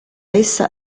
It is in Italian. essa